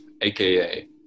AKA